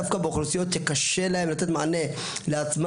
דווקא באוכלוסיות שקשה להן לתת מענה לעצמן.